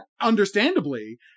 Understandably